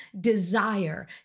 desire